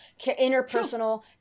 Interpersonal